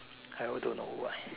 I also don't know why